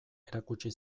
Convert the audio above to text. erakutsi